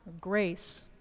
grace